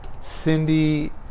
Cindy